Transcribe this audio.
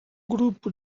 grupo